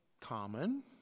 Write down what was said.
common